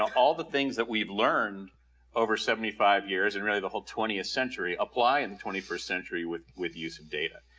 all the things that we've learned over seventy five years, and really the whole twentieth century apply in the twenty first century with with use of data.